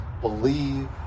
believe